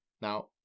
Now